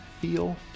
feel